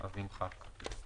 אז נמחק.